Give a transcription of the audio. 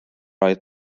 oedd